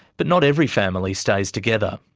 but not every family stays together.